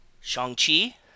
Shang-Chi